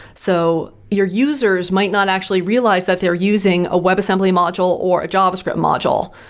so, your users might not actually realize that they are using a web assembly module or a java script module.